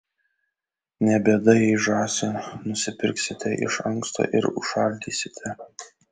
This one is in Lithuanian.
ne bėda jei žąsį nusipirksite iš anksto ir užšaldysite